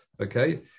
Okay